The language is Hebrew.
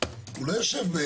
--- הוא לא יושב,